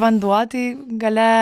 vanduo tai gale